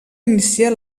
iniciar